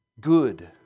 good